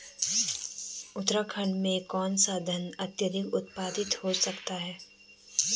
उत्तराखंड में कौन सा धान अत्याधिक उत्पादित हो सकता है?